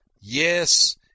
yes